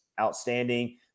outstanding